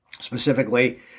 specifically